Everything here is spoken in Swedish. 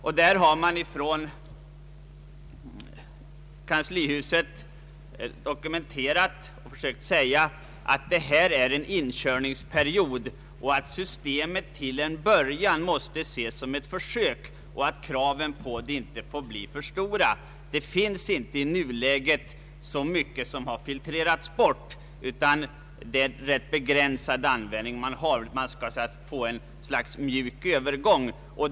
Där har representanter för kanslihuset försökt säga att det nu gäller en inkörningsperiod, att syste met till en början måste ses såsom ett försök och att kraven på det under den första tiden inte får bli för stora. I nuläget har inte så mycket från de s.k. miljöutredningarna filtrerats bort, utan systemet har en rätt begränsad användning. Man vill ha ett slags mjuk övergång.